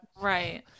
Right